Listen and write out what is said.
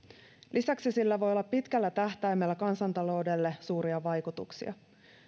lisäksi sillä voi olla pitkällä tähtäimellä kansantaloudelle suuria vaikutuksia